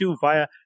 via